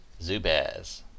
Zubaz